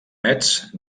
metz